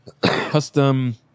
Custom